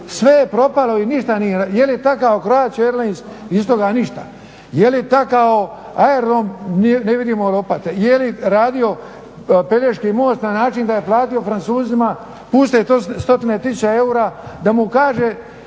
sve je propalo i ništa nije, je li takao Croatia Airlines, iz toga ništa? Je li takao aerodrom, ne vidimo lopate. Je li radio Pelješki most na način da je platio Francuzima puste stotine tisuća eura da mu kaže